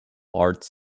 arts